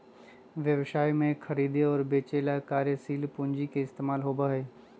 व्यवसाय में खरीदे और बेंचे ला कार्यशील पूंजी के इस्तेमाल होबा हई